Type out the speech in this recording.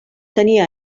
tenia